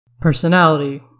PERSONALITY